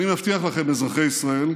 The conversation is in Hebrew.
אני מבטיח לכם, אזרחי ישראל: